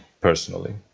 personally